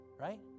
Right